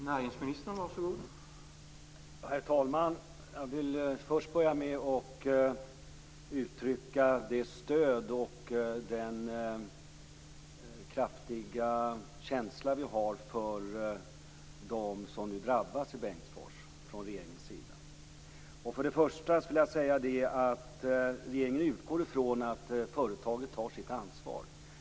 Herr talman! Jag vill börja med att från regeringens sida uttrycka vårt stöd och vår kraftiga känsla för dem som nu drabbas i Bengtsfors. För det första vill jag säga att regeringen utgår från att företaget tar sitt ansvar.